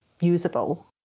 usable